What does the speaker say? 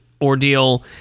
ordeal